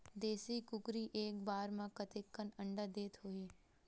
देशी कुकरी एक बार म कतेकन अंडा देत होही?